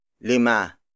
Lima